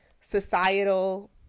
societal